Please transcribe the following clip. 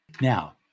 Now